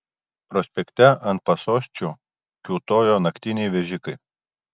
prospekte ant pasosčių kiūtojo naktiniai vežikai